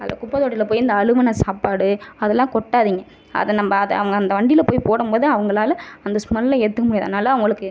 அந்த குப்பை தொட்டியில் போய் இந்த அழுகின சாப்பாடு அதல்லாம் கொட்டாதீங்க அதை நம்ம அதை அவங்க அந்த வண்டியில் போய் போடும்போது அவங்களால் அந்த ஸ்மெல்லை ஏற்றுக்க முடியாது அதனால் அவங்களுக்கு